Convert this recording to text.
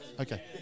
okay